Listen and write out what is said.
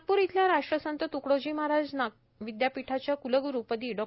नागपूर इथल्या राष्ट्रसंत त्कडोजी महाराज विदयापीठाच्या कृलग्रूपदी डॉ